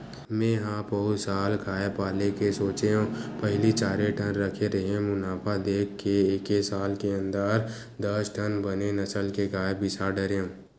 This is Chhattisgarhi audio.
मेंहा पउर साल गाय पाले के सोचेंव पहिली चारे ठन रखे रेहेंव मुनाफा देख के एके साल के अंदर दस ठन बने नसल के गाय बिसा डरेंव